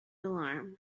alarm